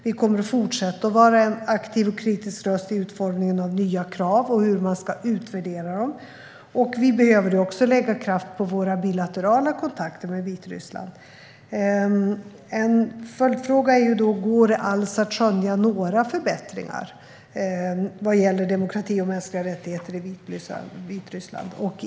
Vi kommer att fortsätta att vara en aktiv och kritisk röst i utformningen av nya krav och hur man ska utvärdera dem, och vi behöver också lägga kraft på våra bilaterala kontakter med Vitryssland. En följdfråga är om det alls går att skönja några förbättringar vad gäller demokrati och mänskliga rättigheter i Vitryssland.